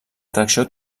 atracció